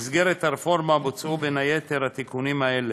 במסגרת הרפורמה בוצעו, בין היתר, התיקונים האלה: